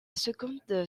seconde